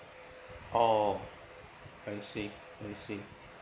oh I see I see